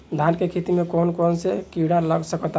धान के खेती में कौन कौन से किड़ा लग सकता?